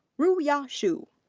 ruya xu.